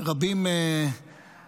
אחרים נהרגו